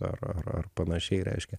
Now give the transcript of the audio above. ar ar ar panašiai reiškia